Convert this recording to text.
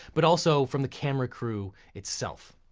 but also from the camera crew itself.